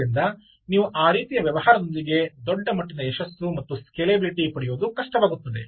ಆದ್ದರಿಂದ ನೀವು ಆ ರೀತಿಯ ವ್ಯವಹಾರದೊಂದಿಗೆ ದೊಡ್ಡ ಮಟ್ಟಿನ ಯಶಸ್ಸು ಮತ್ತು ಸ್ಕೇಲೆಬಿಲಿಟಿ ಪಡೆಯುವುದು ಕಷ್ಟವಾಗುತ್ತದೆ